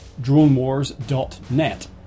DroneWars.net